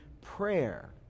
prayer